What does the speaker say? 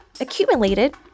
accumulated